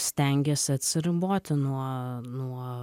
stengiesi atsiriboti nuo nuo